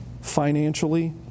financially